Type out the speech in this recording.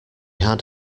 had